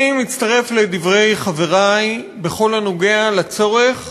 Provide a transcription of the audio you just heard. אני מצטרף לדברי חברי בכל הקשור לצורך